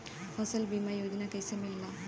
फसल बीमा योजना कैसे मिलेला?